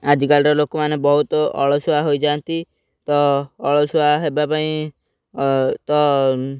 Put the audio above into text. ଆଜିକାଲିର ଲୋକମାନେ ବହୁତ ଅଳସୁଆ ହୋଇଯାଆନ୍ତି ତ ଅଳସୁଆ ହେବା ପାଇଁ ତ